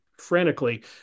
frantically